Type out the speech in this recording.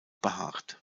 behaart